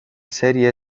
serie